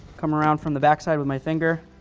come around from the backside with my finger,